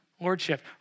lordship